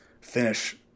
finish